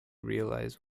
realise